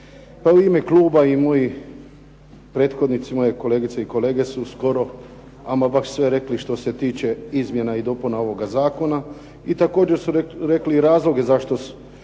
Pa u ime kluba i moji prethodnici, moje kolegice i kolege su skoro ama baš sve rekli što se tiče izmjena i dopuna ovoga zakona i također su rekli razloge zašto ga